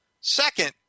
Second